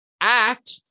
Act